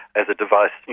as a device, you